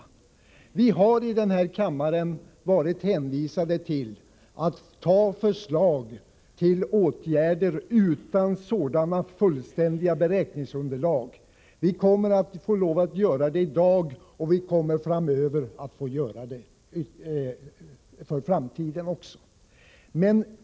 Vi har i denna kammare varit hänvisade till att anta förslag till åtgärder utan sådana fullständiga beräkningsunderlag. Vi kommer att få lov att göra det i dag, och vi kommer att få göra det i framtiden också.